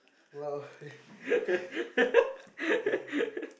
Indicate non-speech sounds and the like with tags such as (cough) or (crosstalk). no (breath)